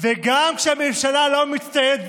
וגם כשהממשלה לא מצטיינת,